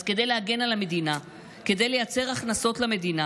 אז כדי להגן על המדינה, כדי לייצר הכנסות למדינה,